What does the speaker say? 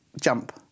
jump